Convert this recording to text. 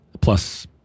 plus